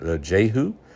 Jehu